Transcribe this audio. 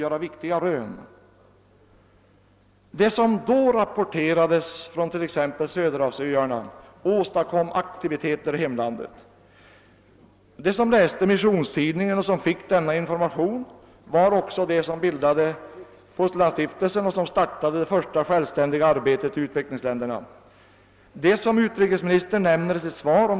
De rapporter som då lämnades från t.ex. Söderhavsöarna ledde också till olika aktiviteter i hemlandet. Det var personer, vilka fick sådan information genom att läsa Missionstidningen, som också bildade Evangeliska fosterlandsstiftelsen och som även startade det första självständiga biståndsarbetet i utvecklingsländerna.